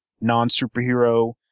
non-superhero